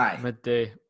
midday